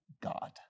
God